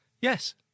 Yes